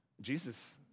Jesus